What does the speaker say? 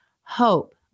hope